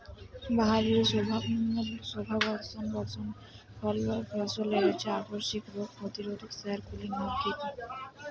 বাহারী শোভাবর্ধক ফসলের আবশ্যিক রোগ প্রতিরোধক সার গুলির নাম কি কি?